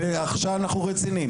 ועכשיו אנחנו רציניים.